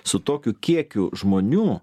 su tokiu kiekiu žmonių